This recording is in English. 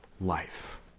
life